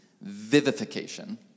vivification